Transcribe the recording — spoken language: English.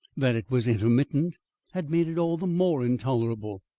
that it was intermittent had made it all the more intolerable.